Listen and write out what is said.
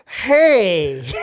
hey